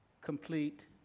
complete